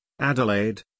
Adelaide